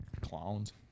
clowns